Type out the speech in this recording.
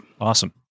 Awesome